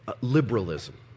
liberalism